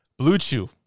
Bluetooth